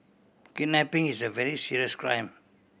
kidnapping is a very serious crime